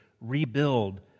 rebuild